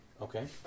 Okay